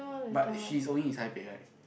but she's only in Taipei right